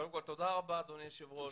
תודה אדוני היושב ראש.